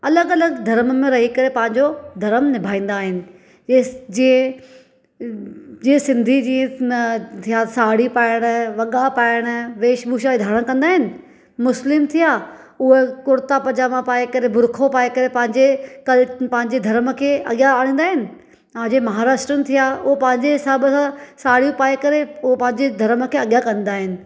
अलॻि अलॻि धर्म में रही करे पंहिंजो धर्म निभाईंदा आहिनि जीअं सिंधी जीअं न थिया साड़ी पाइणु वॻा पाइणु वेशभूषा धारणु कंदा आहिनि मुस्लिम थिया उहा कुरता पजामा पाए करे बुर्खो पाए करे पंहिंजे कल पंहिंजे धर्म खे अॻियां आणींदा आहिनि ऐं जीअं महाराष्ट्रियनि थिया उहे पंहिंजे हिसाब सां साड़ियूं पाए करे उहे पंहिंजे धर्म के अॻियां कंदा आहिनि